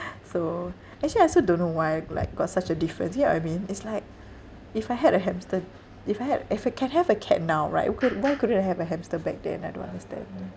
so actually I also don't know why like got such a difference you get what I mean it's like if I had a hamster if I had if I can have a cat now right okay why couldn't I have a hamster back then I don't understand